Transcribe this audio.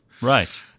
Right